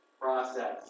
process